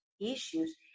issues